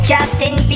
Justin